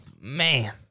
Man